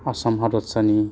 आसाम हादरसानि